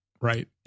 right